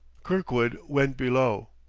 kirkwood went below.